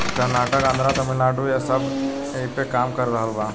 कर्नाटक, आन्द्रा, तमिलनाडू सब ऐइपे काम कर रहल बा